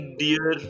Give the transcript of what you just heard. dear